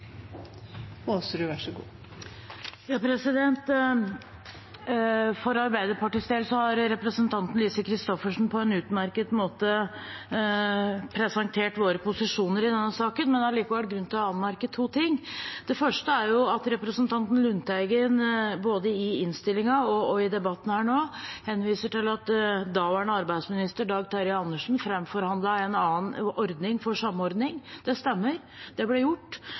allikevel grunn til å anmerke to ting. Det første er at representanten Lundteigen, både i innstillingen og i debatten her nå, henviser til at daværende arbeidsminister Dag Terje Andersen framforhandlet en annen ordning for samordning. Det stemmer, det ble gjort.